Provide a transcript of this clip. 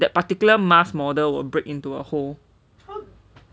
that particular mask model will break into a hole